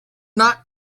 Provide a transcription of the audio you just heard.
not